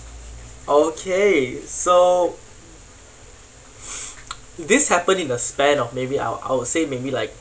okay so this happened in a span of maybe I I would say maybe like